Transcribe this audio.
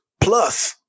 plus